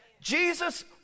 Jesus